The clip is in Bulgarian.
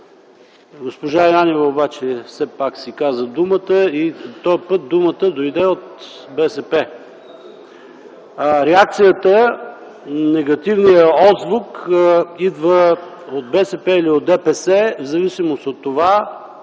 Госпожа Янева все пак си каза думата. Този път думата дойде от БСП. Реакцията, негативният отзвук идва от БСП или ДПС в зависимост от това